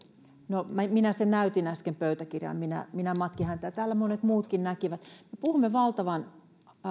no minä sen näytin äsken pöytäkirjaan minä minä matkin häntä ja täällä monet muutkin näkivät me puhumme valtavan